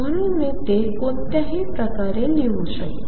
म्हणून मी ते कोणत्याही प्रकारे लिहू शकतो